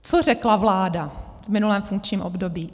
Co řekla vláda v minulém funkčním období?